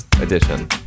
edition